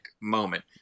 moment